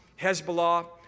Hezbollah